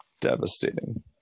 Devastating